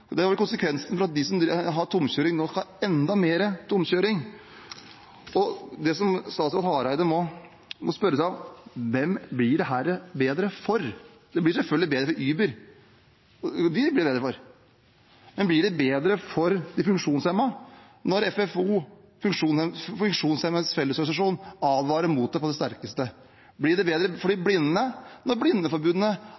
vel også at de som har tomkjøring nå, skal ha enda mer tomkjøring. Det statsråd Hareide må spørre seg om, er: Hvem blir dette bedre for? Det blir selvfølgelig bedre for Uber. Men blir det bedre for de funksjonshemmede? FFO, Funksjonshemmedes Fellesorganisasjon, advarer mot det på det sterkeste. Blir det bedre for de